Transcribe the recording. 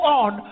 on